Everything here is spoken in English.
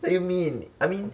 what do you mean I mean